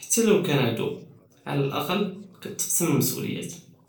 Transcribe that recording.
חתא לו קאן עדיוי, עלא אלאקל קתתסם אלמס'וליות.